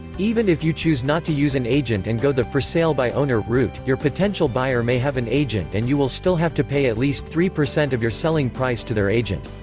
even if you choose not to use an agent and go the for sale by owner route, your potential buyer may have an agent and you will still have to pay at least three percent of your selling price to their agent.